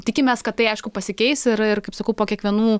tikimės kad tai aišku pasikeis ir ir kaip sakau po kiekvienų